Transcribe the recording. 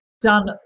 done